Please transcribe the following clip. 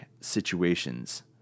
situations